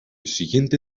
siguiente